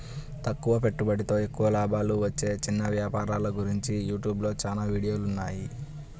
తక్కువ పెట్టుబడితో ఎక్కువ లాభాలు వచ్చే చిన్న వ్యాపారాల గురించి యూట్యూబ్ లో చాలా వీడియోలున్నాయి